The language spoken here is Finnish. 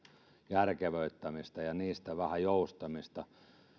järkevöittämistä ja niistä vähän joustamista kun